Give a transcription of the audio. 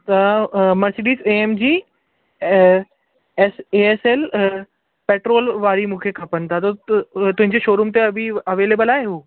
त Mercedes AMG ऐं SSL petrol वारी मूंखे खपंदा त पंहिंजे शोरूम ते अभी अवेलेबल आहे उहो